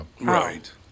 Right